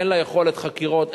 אין לה יכולת חקירות,